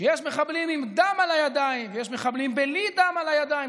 שיש מחבלים עם דם על הידיים ויש מחבלים בלי דם על הידיים,